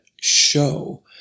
show